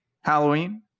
Halloween